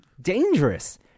dangerous